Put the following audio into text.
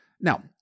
Now